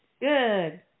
Good